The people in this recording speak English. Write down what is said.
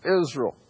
Israel